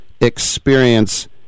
Experience